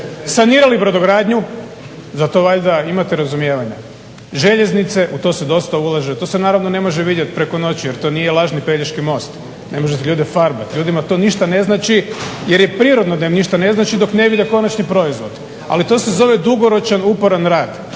sanirali brodogradnju. Za to valjda imate razumijevanja. Željeznice, u to se dosta ulaže. To se naravno ne može vidjeti preko noći jer to nije lažni Pelješki most, ne možete ljude farbat. Ljudima to ništa ne znači. Jer je prirodno da im ništa ne znači dok ne vidi konačni proizvod ali to se zove dugoročan uporan rad